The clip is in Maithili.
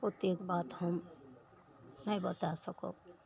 ओतेक बात हम नहि बता सकब